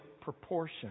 proportion